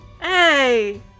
hey